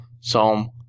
Psalm